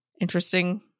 interesting